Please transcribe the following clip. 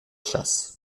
chasse